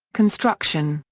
construction,